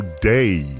day